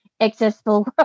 accessible